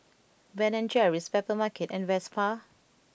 Ben and Jerry's Papermarket and Vespa